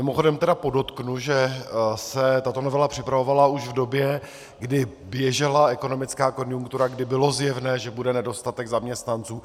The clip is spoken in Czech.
Mimochodem podotknu, že se tato novela připravovala už v době, kdy běžela ekonomická konjunktura, kdy bylo zjevné, že bude nedostatek zaměstnanců.